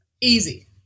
Easy